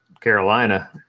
carolina